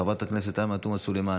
חברת הכנסת עאידה תומא סלימאן,